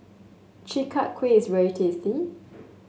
Chi Kak Kuihs very tasty